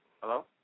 Hello